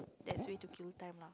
that's the way to kill time lah